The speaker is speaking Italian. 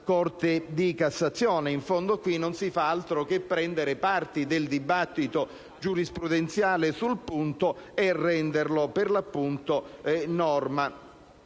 Corte di cassazione. In fondo, in questo caso non si fa altro che prendere parti del dibattito giurisprudenziale sul punto e renderle - per l'appunto - norma.